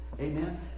Amen